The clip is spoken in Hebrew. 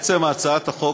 בעצם, הצעת החוק